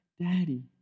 daddy